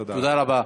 תודה רבה.